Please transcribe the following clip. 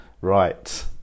Right